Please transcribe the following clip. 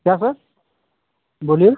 क्या सर बोलिए